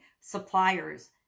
suppliers